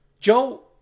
Joe